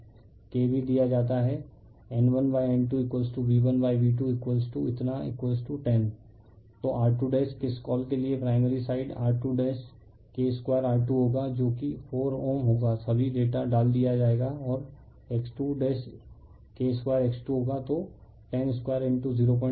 K भी दिया जाता है N1N2V1V2 इतना 10 तो R2 किस कॉल के लिए primary side R2 K 2R2 होगा जो कि 4Ω होगा सभी डेटा डाल दिया जाएगा और X2 K 2X2 होगा तो 10 20515Ω